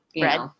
red